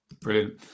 Brilliant